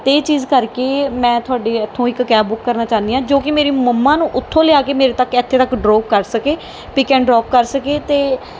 ਅਤੇ ਇਹ ਚੀਜ਼ ਕਰਕੇ ਮੈਂ ਤੁਹਾਡੀ ਇੱਥੋਂ ਇੱਕ ਕੈਬ ਬੁੱਕ ਕਰਨਾ ਚਾਹੁੰਦੀ ਹਾਂ ਜੋ ਕਿ ਮੇਰੀ ਮੰਮਾ ਨੂੰ ਉੱਥੋਂ ਲਿਆ ਕੇ ਮੇਰੇ ਤੱਕ ਇੱਥੇ ਤੱਕ ਡਰੋਪ ਕਰ ਸਕੇ ਪਿੱਕ ਐਂਡ ਡਰੋਪ ਕਰ ਸਕੇ ਅਤੇ